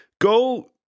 go